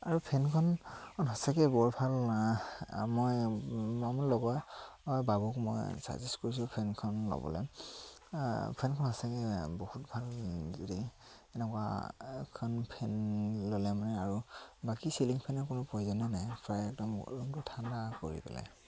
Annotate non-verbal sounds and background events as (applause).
আৰু ফেনখন সঁচাকৈ বৰ ভাল মই মই মোৰ লগৰ বাবুক মই ছাজেষ্ট কৰিছো ফেনখন ল'বলৈ ফেনখন সঁচাকৈ বহুত ভাল (unintelligible) এনেকুৱা এখন ফেন ল'লে মানে আৰু বাকী চিলিং ফেনৰ কোনো প্ৰয়োজনে নাই প্ৰায় একদম ৰূমটো ঠাণ্ডা কৰি পেলায়